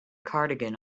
cardigan